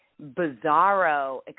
bizarro